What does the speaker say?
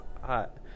hot